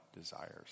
desires